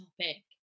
topic